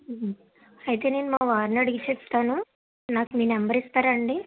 అయితే నేను మా వారిని అడిగి చెప్తాను నాకు మీ నెంబర్ ఇస్తారా అండి